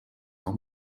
auch